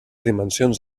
dimensions